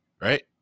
right